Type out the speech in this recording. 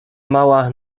mała